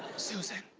susan.